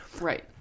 Right